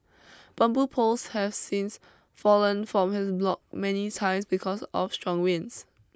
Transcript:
bamboo poles have since fallen from his block many times because of strong winds